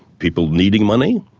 people needing money,